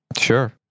Sure